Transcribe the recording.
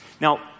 Now